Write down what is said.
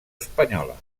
espanyola